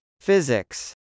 Physics